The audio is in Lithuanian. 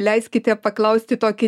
leiskite paklausti tokį